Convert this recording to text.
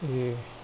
ए